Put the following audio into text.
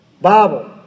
Bible